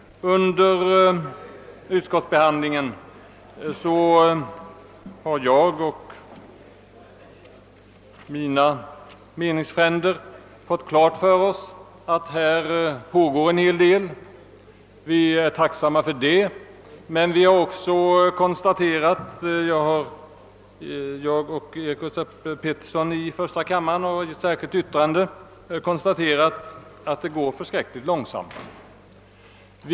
Under utskottsbehandlingen har jag och mina meningsfränder fått klart för oss att en hel del pågår på detta område, och vi är tacksamma för det. Herr Eric Gustaf Peterson i första kammaren och jag har emellertid i ett särskilt yttrande konstaterat att det går oerhört långsamt.